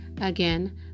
again